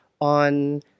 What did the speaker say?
on